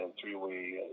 three-way